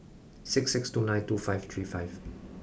six six two nine two five three five